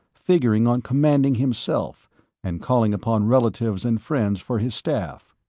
figuring on commanding himself and calling upon relatives and friends for his staff.